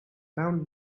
found